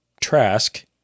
Trask